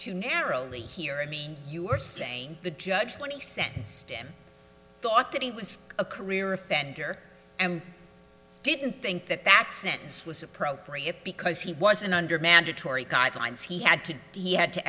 too narrowly here and you're saying the judge when he sentenced him thought that he was a career offender and didn't think that that sentence was appropriate because he wasn't under mandatory guidelines he had to he had to